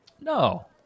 No